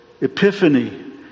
Epiphany